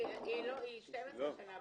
לא, היא 12 שנה בארץ.